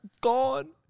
gone